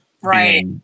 Right